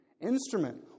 instrument